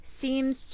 seems